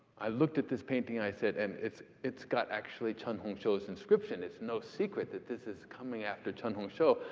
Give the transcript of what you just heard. i looked at this painting, and i said. and it's it's got actually chen hongshou's inscription. it's no secret that this is coming after chen hongshou.